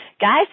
Guys